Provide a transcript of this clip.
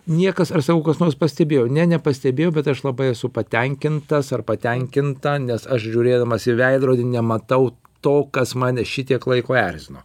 niekas ar sakau kas nors pastebėjo ne nepastebėjo bet aš labai esu patenkintas ar patenkinta nes aš žiūrėdamas į veidrodį nematau to kas mane šitiek laiko erzino